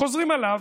חוזרים עליו.